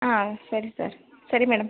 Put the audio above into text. ಹಾಂ ಸರಿ ಸರ್ ಸರಿ ಮೇಡಮ್